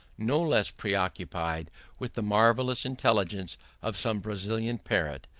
no less preoccupied with the marvellous intelligence of some brazilian parrot,